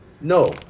no